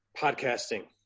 podcasting